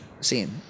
scene